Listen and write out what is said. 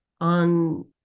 on